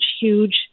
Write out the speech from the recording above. huge